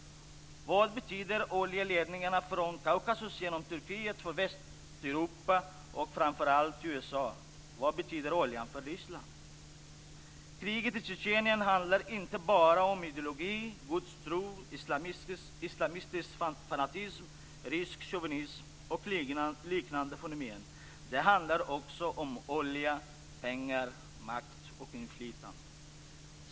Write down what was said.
Vad betyder oljeledningarna från Kaukasus genom Turkiet för Västeuropa och framför allt USA? Vad betyder oljan för Ryssland? Kriget i Tjetjenien handlar inte bara om ideologi, gudstro, islamistisk fanatism, rysk chauvinism och liknande fenomen. Det handlar också om olja, pengar, makt och inflytande.